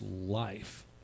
life